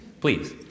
please